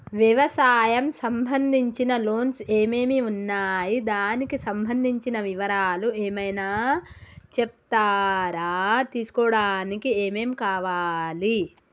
వ్యవసాయం సంబంధించిన లోన్స్ ఏమేమి ఉన్నాయి దానికి సంబంధించిన వివరాలు ఏమైనా చెప్తారా తీసుకోవడానికి ఏమేం కావాలి?